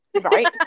right